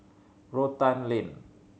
Rotan Lane